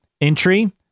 entry